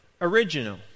original